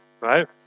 right